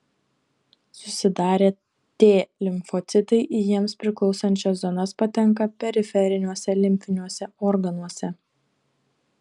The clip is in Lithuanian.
susidarę t limfocitai į jiems priklausančias zonas patenka periferiniuose limfiniuose organuose